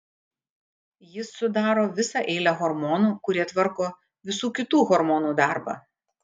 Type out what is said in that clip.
jis sudaro visą eilę hormonų kurie tvarko visų kitų hormonų darbą